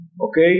Okay